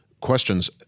questions